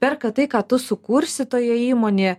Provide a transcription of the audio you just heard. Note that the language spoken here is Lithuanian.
perka tai ką tu sukursi toje įmonėje